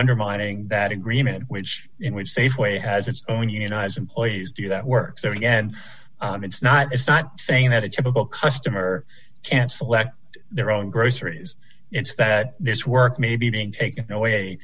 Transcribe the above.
undermining that agreement which in which safeway has its own unionized employees do that work so again it's not it's not saying that a typical customer can select their own groceries it's that this work maybe being taken away